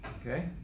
Okay